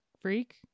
freak